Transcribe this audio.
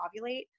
ovulate